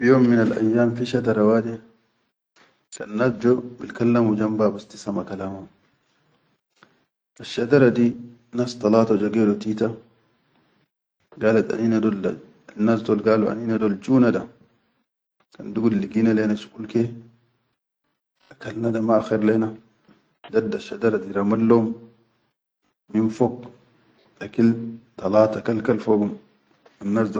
Fi yom minal ayyam fi shadara wade kannas jo bilkallamu jamba bas tisama kalamum, asshadara di, nas talata jo gedo tita, galat anina da, annas dol galo anina dol da juna, kad dugud ligina lena shuqul ke, akalna da ma akher lena, daddasshadara di ramat lohum min akil talata kalkal fogum.